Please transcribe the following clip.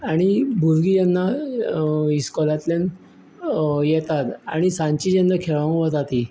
आनी भुरगीं जेन्ना इस्कोलांतल्यान येतात आनी सांजचीं जेन्ना खेळोंक वतात तीं